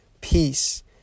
peace